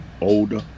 older